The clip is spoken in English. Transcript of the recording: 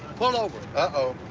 pull over. uh-oh.